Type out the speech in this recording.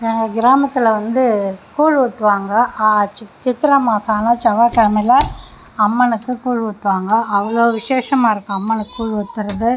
எங்கள் கிராமத்தில் வந்து கூழ் ஊற்றுவாங்க சித் சித்திரை மாசம் ஆனால் செவ்வாய் கிழமைல அம்மனுக்கு கூழ் ஊற்றுவாங்க அவ் விசேஷமாக இருக்கும் அம்மனுக்கு கூழ் ஊற்றுறது